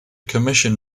commission